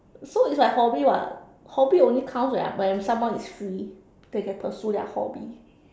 so it's like hobby [what] hobby only counts when I'm when someone is free they can pursue their hobby